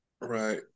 Right